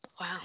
Wow